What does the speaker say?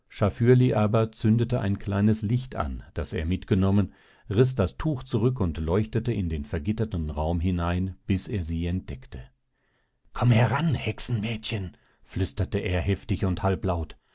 schafürli aber zündete ein kleines licht an das er mitgenommen riß das tuch zurück und leuchtete in den vergitterten raum hinein bis er sie entdeckte komm heran hexenmädchen flüsterte er heftig und halblaut